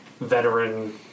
veteran